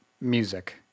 music